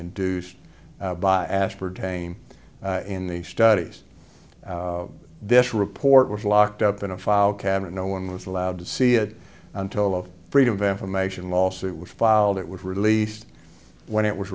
induced by aspartame in these studies this report was locked up in a file cabinet no one was allowed to see it until of freedom of information lawsuit was filed it was released when it was